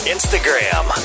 Instagram